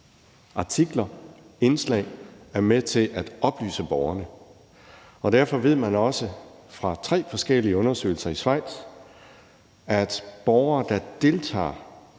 artikler og indslag er med til at oplyse borgerne. Derfor ved man også fra tre forskellige undersøgelser i Schweiz, at borgere, der deltager